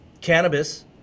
cannabis